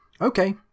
okay